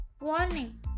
Warning